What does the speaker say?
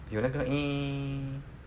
有那个